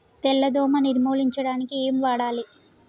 తెల్ల దోమ నిర్ములించడానికి ఏం వాడాలి?